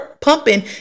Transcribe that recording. pumping